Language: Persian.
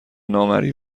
نامرئی